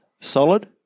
solid